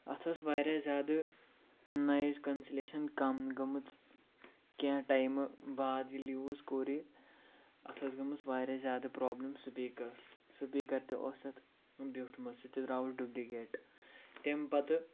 اَتھ ٲس واریاہ زیادٕ نایِز کَنسلیشَن کَم گٔمٕژ کینٛہہ ٹایمہٕ بعد ییٚلہِ یوٗز کوٚر یہِ اَتھ ٲس گٔمٕژ واریاہ زیادٕ پرٛابلِم سپیٖکَرس سپیٖکَر تہِ اوس اَتھ بیوٗٹھمُت سُہ تہِ درٛاو ڈُبلِگیٹ تَمہِ پَتہٕ